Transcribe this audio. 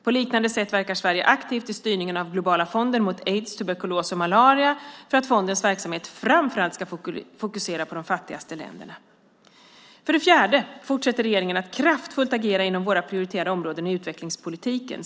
På liknande sätt verkar Sverige aktivt i styrningen av Globala fonden mot aids, tuberkulos och malaria för att fondens verksamhet framför allt ska fokusera på de fattigaste länderna. För det fjärde fortsätter regeringen att kraftfullt agera inom våra prioriterade områden i utvecklingspolitiken.